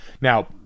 Now